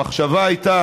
המחשבה הייתה,